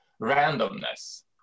randomness